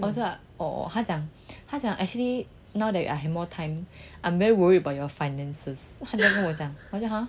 after that 他讲他讲 actually now that I have more time I'm very worried about your finances 他这样跟我讲